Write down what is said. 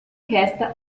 resta